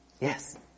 Yes